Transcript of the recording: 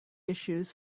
issues